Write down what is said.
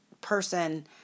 person